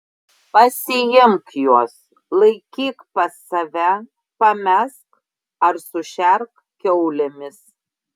pasiimk juos laikyk pas save pamesk ar sušerk kiaulėmis